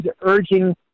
urging